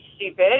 stupid